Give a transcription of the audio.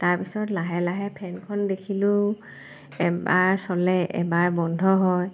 তাৰপাছত লাহে লাহে ফেনখন দেখিলোঁ এবাৰ চলে এবাৰ বন্ধ হয়